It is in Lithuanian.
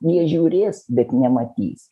jie žiūrės bet nematys